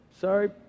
Sorry